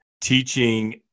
teaching